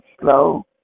slow